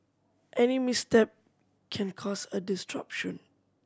any misstep can cause a